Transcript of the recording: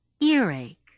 earache